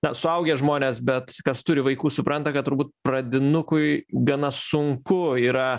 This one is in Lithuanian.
na suaugę žmonės bet kas turi vaikų supranta kad turbūt pradinukui gana sunku yra